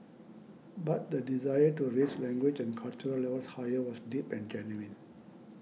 but the desire to raise language and cultural levels higher was deep and genuine